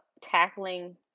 tackling